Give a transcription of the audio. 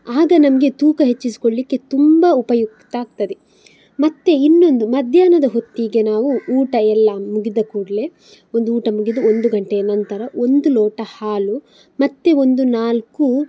ಆಗ ನಮಗೆ ತೂಕ ಹೆಚ್ಚಿಸಿಕೊಳ್ಲಿಕ್ಕೆ ತುಂಬ ಉಪಯುಕ್ತ ಆಗ್ತದೆ ಮತ್ತು ಇನ್ನೊಂದು ಮಧ್ಯಾಹ್ನದ ಹೊತ್ತಿಗೆ ನಾವು ಊಟ ಎಲ್ಲ ಮುಗಿದ ಕೂಡಲೇ ಒಂದು ಊಟ ಮುಗಿದ ಒಂದು ಗಂಟೆಯ ನಂತರ ಒಂದು ಲೋಟ ಹಾಲು ಮತ್ತು ಒಂದು ನಾಲ್ಕು